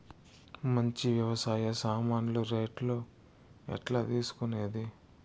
మంచి వ్యవసాయ సామాన్లు రేట్లు ఎట్లా తెలుసుకునేది?